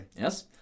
Yes